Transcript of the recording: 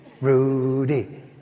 Rudy